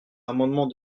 l’amendement